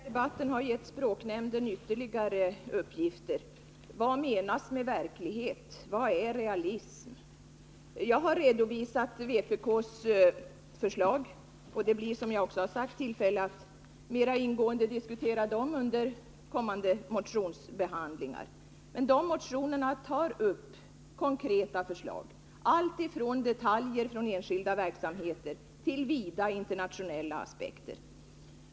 Herr talman! Jag tror att den här debatten har gett språknämnden ytterligare uppgifter. Vad menas med ”verklighet”, och vad är ”realism”? Jag har redovisat vpk:s förslag, och det blir som sagt tillfälle att mera ingående diskutera dem vid kommande motionsbehandlingar. Men de motionerna tar upp konkreta förslag, alltifrån detaljer inom enskild verksamhet till vida internationella aspekter.